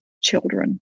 children